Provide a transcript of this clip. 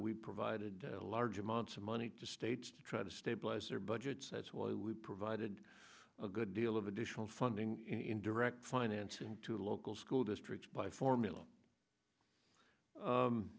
we provided large amounts of money to states to try to stabilize their budgets that's why we provided a good deal of additional funding in direct financing to local school districts by formula